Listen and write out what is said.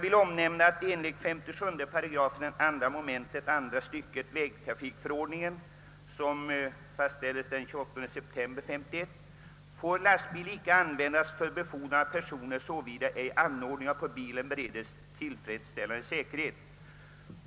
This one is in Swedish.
Enligt § 57 mom. 2 andra stycket i vägtrafikförordningen som fastställdes den 28 september 1951 får lastbil icke användas för befordran av personer såvida ej anordningar på bilen bereder tillfredsställande säkerhet.